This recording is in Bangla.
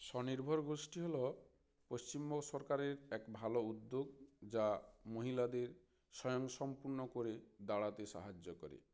স্বনির্ভর গোষ্ঠী হলো পশ্চিমবঙ্গ সরকারের এক ভালো উদ্যোগ যা মহিলাদের স্বয়ংসম্পূর্ণ করে দাঁড়াতে সাহায্য করে